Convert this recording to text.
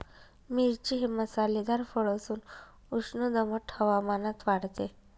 मिरची हे मसालेदार फळ असून उष्ण दमट हवामानात वाढते